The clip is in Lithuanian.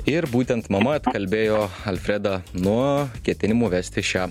ir būtent mama atkalbėjo alfredą nuo ketinimų vesti šią